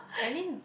I mean